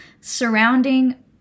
surrounding